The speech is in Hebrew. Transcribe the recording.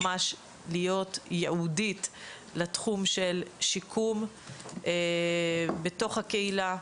ממש ייעודית לתחום של שיקום בתוך הקהילה,